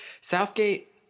Southgate